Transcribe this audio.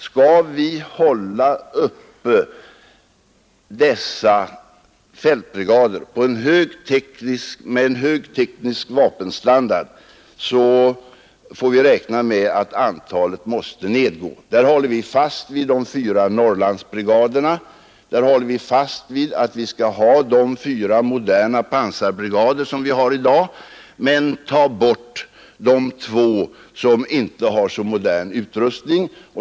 Skall vi hålla dessa fältbrigader med en hög teknisk vapenstandard, bör vi räkna med att antalet måste nedgå. Där håller vi fast vid de fyra Norrlandsbrigaderna, de fyra moderna pansarbrigader som vi har i dag, men vi vill ta bort de två som inte har så modern utrustning.